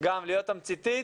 גם להיות תמציתית